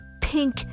pink